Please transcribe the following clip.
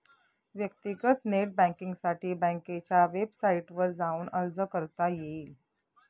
व्यक्तीगत नेट बँकींगसाठी बँकेच्या वेबसाईटवर जाऊन अर्ज करता येईल